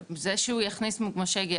זה שהוא יכניס מוגמשי גיל,